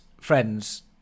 friends